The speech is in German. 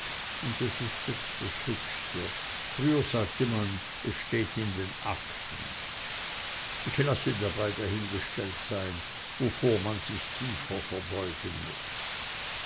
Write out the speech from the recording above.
und das ist jetzt das höchste früher sagte man es steht in den akten ich lasse dabei dahingestellt sein wovor man sich tiefer verbeugen muß